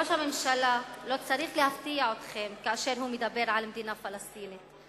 ראש הממשלה לא צריך להפתיע אתכם כשהוא מדבר על מדינה פלסטינית.